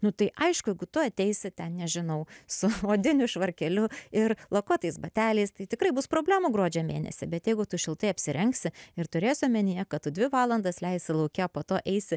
nu tai aišku jeigu tu ateisi ten nežinau su odiniu švarkeliu ir lakuotais bateliais tai tikrai bus problemų gruodžio mėnesį bet jeigu tu šiltai apsirengsi ir turėsi omenyje kad dvi valandas leisti lauke po to eisi